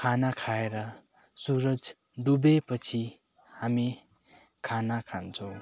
खाना खाएर सुरज डुबेपछि हामी खाना खान्छौँ